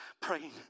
Praying